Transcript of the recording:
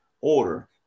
order